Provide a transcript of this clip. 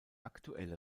aktuelle